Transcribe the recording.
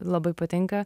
labai patinka